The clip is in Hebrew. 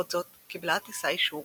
למרות זאת, קיבלה הטיסה אישור